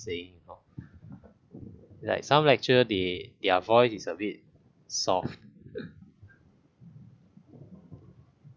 staying involve like some lecture they their voice is a bit soft